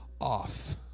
off